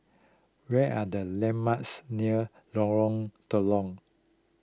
where are the landmarks near Lorong Telok